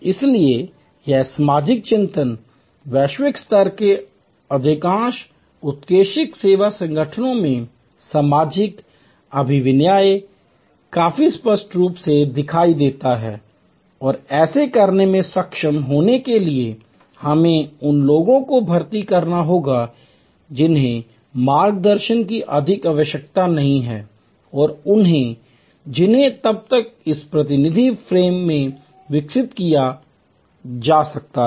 इसलिए यह सामाजिक चिंता वैश्विक स्तर के अधिकांश उत्कृष्ट सेवा संगठनों में सामाजिक अभिविन्यास काफी स्पष्ट रूप से दिखाई देता है और ऐसा करने में सक्षम होने के लिए हमें उन लोगों को भर्ती करना होगा जिन्हें मार्गदर्शन की अधिक आवश्यकता नहीं है और जिन्हें तब इस प्रतिनिधि फ्रेम में विकसित किया जा सकता है